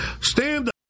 Stand